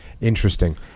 interesting